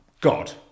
God